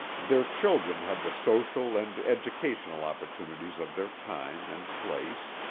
their children had the social and educational opportunities of their time and place,